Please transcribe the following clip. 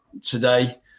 today